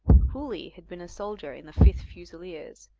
hooley had been a soldier in the fifth fusiliers,